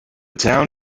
town